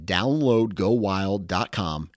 DownloadGoWild.com